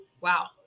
Wow